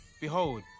Behold